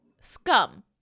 scum